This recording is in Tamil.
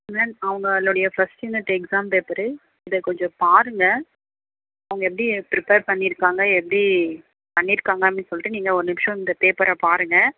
அவங்களுடைய ஃபர்ஸ்ட் யூனிட் எக்ஸாம் பேப்பர் இதை கொஞ்சம் பாருங்கள் அவங்க எப்படி பிரிப்பர் பண்ணிருக்காங்க எப்படி பண்ணிருக்காங்க அப்படின்னு சொல்லிட்டு நீங்கள் ஒரு நிமிஷம் இந்த பேப்பரை பாருங்கள்